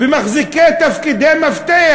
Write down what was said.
ומחזיקי תפקידי מפתח